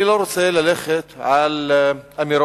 אני לא רוצה ללכת על אמירות